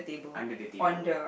under the table